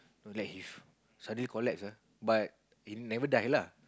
no like he suddenly collapse lah but he never die lah